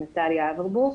מנטליה אברבוך.